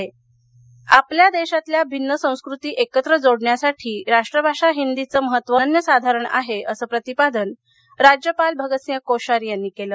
हिंदीभाषा राज्यपाल आपला देशातल्या भिन्न संस्कृती एकत्र जोडण्यासाठी राष्ट्रभाषा हिंदीचं महत्व अनन्यसाधारण आहे असे प्रतिपादन राज्यपाल भगत सिंह कोश्यारी यांनी केले